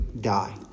die